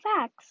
facts